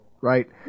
right